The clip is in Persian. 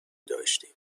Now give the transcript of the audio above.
داشتیم